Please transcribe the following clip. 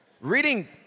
reading